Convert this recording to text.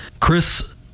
Chris